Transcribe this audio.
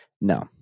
No